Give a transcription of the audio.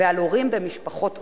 ועל הורים במשפחות אומנה.